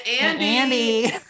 Andy